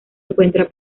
encuentra